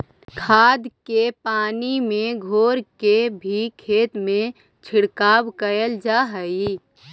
खाद के पानी में घोर के भी खेत में छिड़काव कयल जा हई